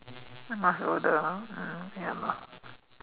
must be older ah mm ya lah